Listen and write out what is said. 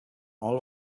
all